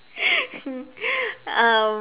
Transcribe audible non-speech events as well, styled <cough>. <laughs> um